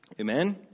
Amen